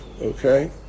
okay